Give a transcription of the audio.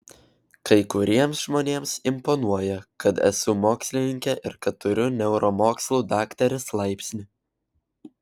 kai kuriems žmonėms imponuoja kad esu mokslininkė ir kad turiu neuromokslų daktarės laipsnį